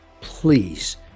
Please